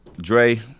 Dre